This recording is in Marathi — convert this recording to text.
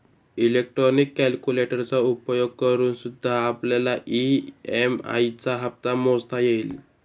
इलेक्ट्रॉनिक कैलकुलेटरचा उपयोग करूनसुद्धा आपल्याला ई.एम.आई चा हप्ता मोजता येईल